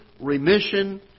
remission